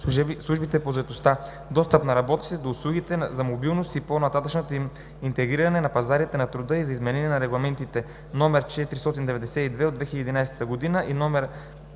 службите по заетостта, достъпа на работниците до услуги за мобилност и по-нататъшното им интегриране на пазарите на труда и за изменение на регламенти (ЕС) № 492/2011 и (ЕС)